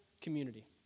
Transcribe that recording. community